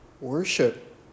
worship